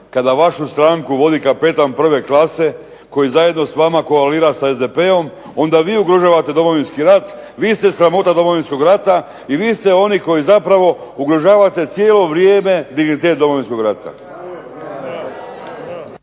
kada vašu stranku vodi kapetan prve klase koji zajedno s vama koalira s SDP-om onda vi ugrožavate Domovinski rat, vi ste sramota Domovinskog rata, i vi ste oni koji zapravo ugrožavate cijelo vrijeme dignitet Domovinskog rata.